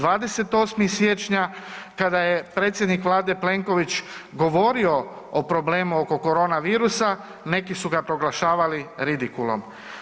28. siječnja kada je predsjednik Vlade Plenković govorio o problemu oko korona virusa neki su ga proglašavali ridikulum.